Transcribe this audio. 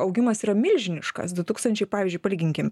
augimas yra milžiniškas du tūkstančiai pavyzdžiui palyginkim